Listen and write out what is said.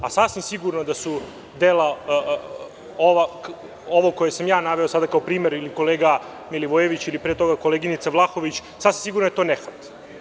Sasvim sigurno, ova dela koja sam ja naveo sada kao primer, ili kolega Milivojević ili pre toga koleginica Vlahović, sasvim sigurno je to nehat.